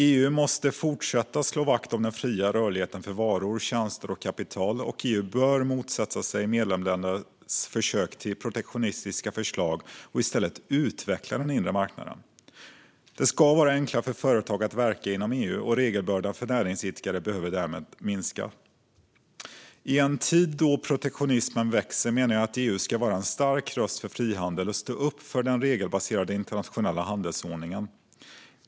EU måste fortsätta att slå vakt om den fria rörligheten för varor, tjänster och kapital, och EU bör motsätta sig medlemsländers försök till protektionistiska förslag och i stället utveckla den inre marknaden. Det ska vara enklare för företag att verka inom EU, och regelbördan för näringsidkare behöver därmed minska. I en tid då protektionismen växer menar jag att EU ska vara en stark röst för frihandel och stå upp för den regelbaserade internationella handelsordningen.